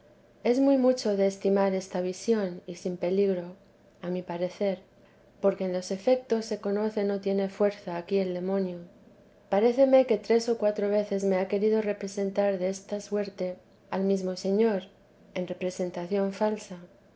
es muy mucho de estimar esta visión y sin peligro a mi parecer porque en los efetos se conoce no tiene fuerza aquí el demonio paréceme que tres o cuatro veces me ha querido representar de esta suerte al mesmo señor en representación falsa